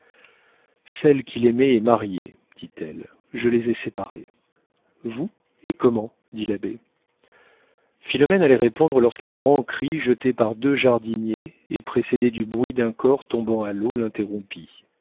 celle qu'il aimait est mariée dit-elle je les ai séparés vous et comment dit l'abbé philomène allait répondre lorsqu'un grand cri jeté par deux jardiniers et précédé du bruit d'un corps tombant à l'eau l'interrompit